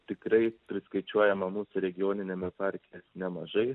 tikrai priskaičiuojama mūsų regioniniame parke nemažai